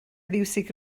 fiwsig